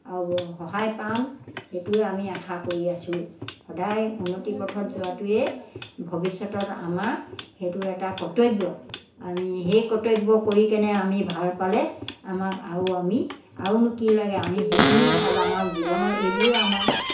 আৰু সহায় পাম সেইটোৱে আমি আশা কৰি আছোঁ সদায় উন্নতিৰ পথত যোৱাটোৱে ভৱিষ্যতত আমাৰ সেইটো এটা কৰ্তব্য আমি সেই কৰ্তব্য কৰি কেনে আমি ভাল পালে আমাক আৰু আমি আৰুনো কি লাগে আমি সেইখিনিয়ে ভাল আমাৰ জীৱনৰ এইবোৰে আমাৰ